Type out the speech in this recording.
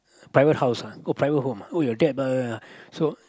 private house ah oh private home ah your dad blah blah blah so